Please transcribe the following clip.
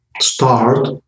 start